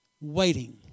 Waiting